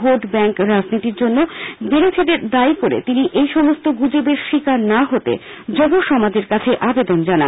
vote bank রাজনীতির জন্য বিরোধীদের দায়ী করে তিনি এই সমস্ত গুজবের শিকার না হতে যুব সমাজের কাছে আবেদন জানান